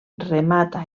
remata